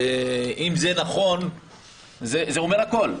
אם זה נכון זה אומר הכול,